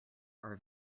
are